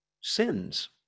sins